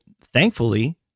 thankfully